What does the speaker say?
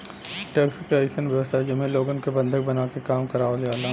tax क अइसन व्यवस्था जेमे लोगन क बंधक बनाके काम करावल जाला